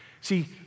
See